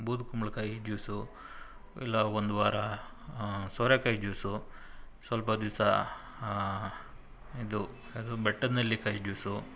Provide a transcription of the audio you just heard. ಬೂದು ಕುಂಬಳಕಾಯಿ ಜ್ಯೂಸು ಇಲ್ಲ ಒಂದು ವಾರ ಸೋರೆಕಾಯಿ ಜ್ಯೂಸು ಸ್ವಲ್ಪ ದಿಸ ಇದು ಯಾವುದು ಬೆಟ್ಟದ ನೆಲ್ಲಿಕಾಯಿ ಜ್ಯೂಸು